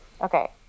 okay